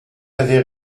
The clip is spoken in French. avez